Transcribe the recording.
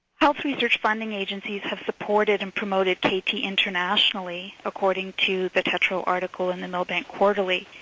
health research funding agencies have supported and promoted kt internationally according to the tetroe article in the millbank quarterly.